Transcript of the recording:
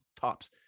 tops